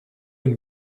une